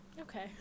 Okay